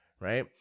right